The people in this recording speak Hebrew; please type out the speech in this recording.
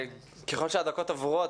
ככל שהדקות עוברות,